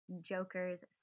joker's